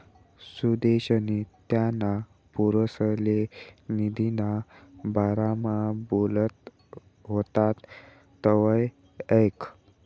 सुदेशनी त्याना पोरसले निधीना बारामा बोलत व्हतात तवंय ऐकं